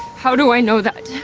how do i know that?